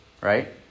Right